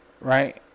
right